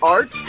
Art